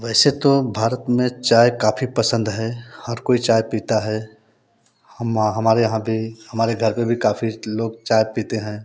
वैसे तो भारत में चाय काफ़ी पसंद है हर कोई चाय पीता है हम हमारे यहाँ पे हमारे घर पे भी काफ़ी लोग चाय पीते हैं